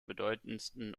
bedeutendsten